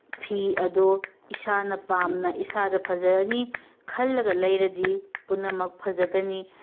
ꯐꯤ ꯑꯗꯨ ꯏꯁꯥꯅ ꯄꯥꯝꯅ ꯏꯁꯥꯗ ꯐꯖꯔꯅꯤ ꯈꯜꯂꯒ ꯂꯩꯔꯗꯤ ꯄꯨꯝꯅꯃꯛ ꯐꯖꯒꯅꯤ